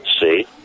See